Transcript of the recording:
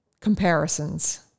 comparisons